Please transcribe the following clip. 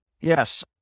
Yes